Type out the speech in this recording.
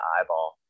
eyeball